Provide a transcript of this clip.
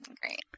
Great